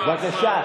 בבקשה,